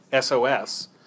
SOS